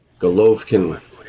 Golovkin